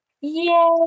Yay